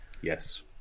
yes